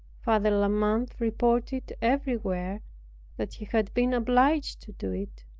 father la mothe reported everywhere that he had been obliged to do it,